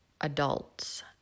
adults